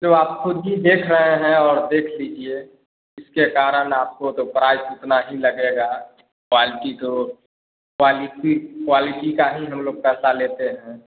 जो आप ख़ुद ही देख रहें हैं और देख लीजिए इसके कारण आपको तो प्राइस इतना ही लगेगा बल्कि तो क्वालिटी क्वालिटी का ही हम लोग पैसा लेते हैं